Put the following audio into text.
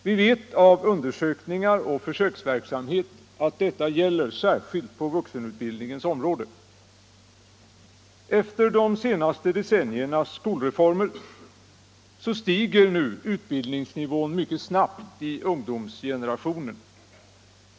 Vi vet av undersökningar och försöksverksamhet att detta gäller särskilt på vuxenutbildningens område. Efter de senaste decenniernas skolreformer stiger nu utbildningsnivån mycket snabbt i ungdomsgenerationen.